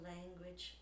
Language